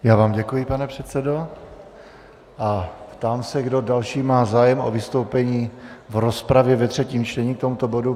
Já vám děkuji, pane předsedo, a ptám se, kdo další má zájem o vystoupení v rozpravě ve třetím čtení k tomuto bodu.